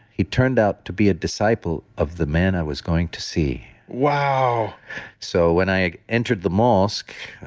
he turned out to be a disciple of the man i was going to see wow so when i entered the mosque,